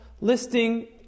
listing